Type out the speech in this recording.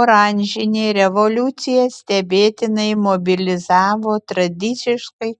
oranžinė revoliucija stebėtinai mobilizavo tradiciškai